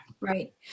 Right